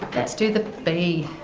let's do the bee.